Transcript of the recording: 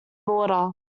border